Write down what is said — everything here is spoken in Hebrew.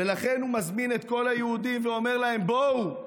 ולכן הוא מזמין את כל היהודים ואומר להם: בואו,